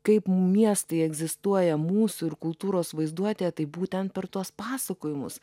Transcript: kaip miestai egzistuoja mūsų ir kultūros vaizduotėje tai būtent per tuos pasakojimus